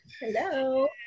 hello